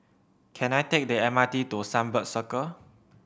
can I take the M R T to Sunbird Circle